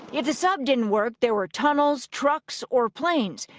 if the sub didn't work, there were tunnels, trucks or planes.